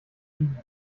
kriegen